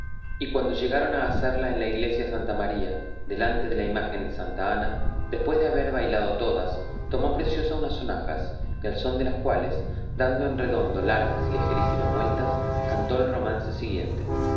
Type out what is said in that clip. y cuando llegaron a hacerla en la iglesia de santa maría delante de la imagen de santa ana después de haber bailado todas tomó preciosa unas sonajas al son de las cuales dando en redondo largas y ligerísimas vueltas cantó el romance siguiente